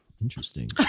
Interesting